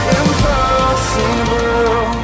impossible